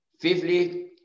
Fifthly